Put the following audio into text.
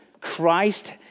Christ